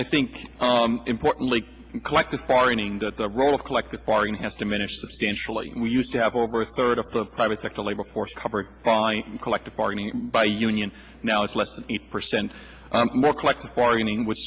i think importantly collective bargaining that the role of collective bargaining has diminished substantially we used to have over a third of the private sector labor force coverage by collective bargaining by union now it's less than eight percent more collective bargaining w